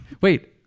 wait